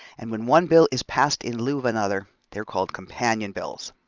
and when one bill is passed in lieu of another, they're called companion bills.